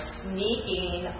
sneaking